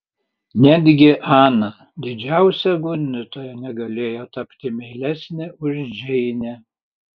netgi ana didžiausia gundytoja negalėjo tapti meilesnė už džeinę